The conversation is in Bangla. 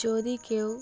যদি কেউ